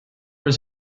his